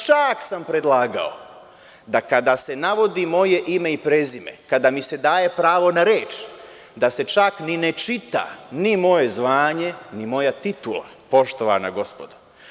Čak sam predlagao da kada se navodi moje ime i prezime, kada mi se daje pravo na reč, da se čak ni ne čita ni moje zvanje, ni moja titula, poštovana gospodo.